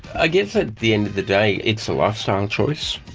ah guess at the end of the day it's a lifestyle choice.